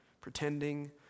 Pretending